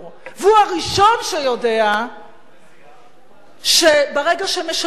והוא הראשון שיודע שברגע שמשלמים,